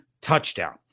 touchdown